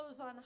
on